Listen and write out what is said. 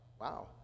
Wow